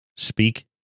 Speak